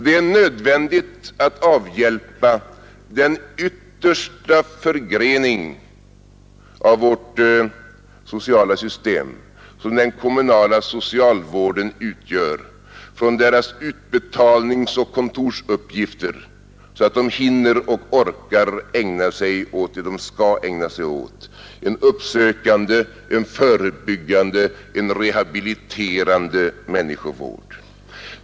Det är nödvändigt att avlasta den yttersta förgrening av vårt sociala system som den kommunala socialvården utgör från dess utbetalningsoch kontorsuppgifter, så att man hinner och orkar ägna sig åt det man skall ägna sig åt — en uppsökande, en förebyggande, en rehabiliterande människovård.